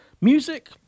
music